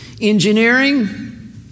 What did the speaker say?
Engineering